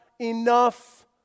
enough